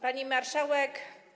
Pani Marszałek!